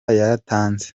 yaratanze